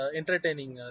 entertaining